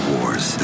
Wars